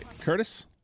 Curtis